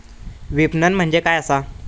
विपणन म्हणजे काय असा?